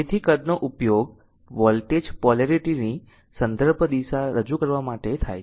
તેથી કદનો ઉપયોગ વોલ્ટેજ પોલેરિટી ની સંદર્ભ દિશા રજૂ કરવા માટે થાય છે